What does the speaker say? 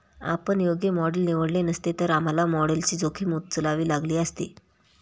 आपण योग्य मॉडेल निवडले नसते, तर आम्हाला मॉडेलची जोखीम उचलावी लागली असती